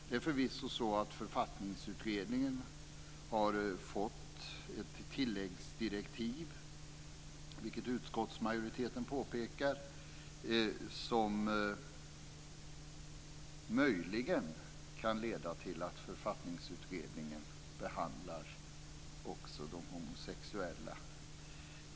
Det är förvisso så att Författningsutredningen har fått ett tilläggsdirektiv, vilket utskottsmajoriteten påpekar, som möjligen kan leda till att Författningsutredningen behandlar också de homosexuella.